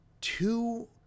two